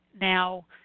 now